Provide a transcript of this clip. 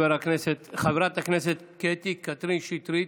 חברת הכנסת קטי קטרין שטרית,